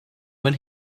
when